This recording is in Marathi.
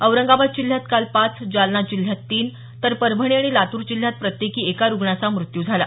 औरंगाबाद जिल्ह्यात काल पाच जालना जिल्ह्यात काल तीन तर परभणी आणि लातूर जिल्ह्यात प्रत्येकी एका रुग्णाचा मृत्यू झाला